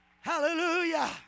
Hallelujah